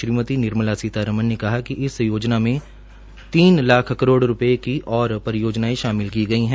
श्रीमती निर्मला सीतारमण ने कहा कि इस योजना में तीन लाख करोड़ रूपये और और परियोजनायें शामिल की गई है